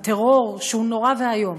הטרור, שהוא נורא ואיום,